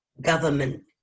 government